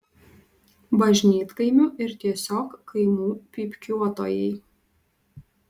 bažnytkaimių ir tiesiog kaimų pypkiuotojai